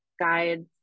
guides